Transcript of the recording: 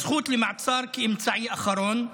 הזכות למעצר כאמצעי אחרון,